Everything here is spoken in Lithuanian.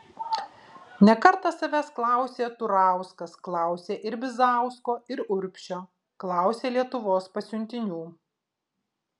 ne kartą savęs klausė turauskas klausė ir bizausko ir urbšio klausė lietuvos pasiuntinių